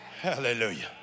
Hallelujah